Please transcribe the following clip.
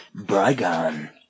Brygon